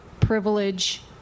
privilege